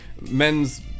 men's